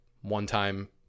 one-time